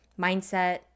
mindset